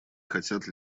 хотят